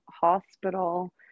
hospital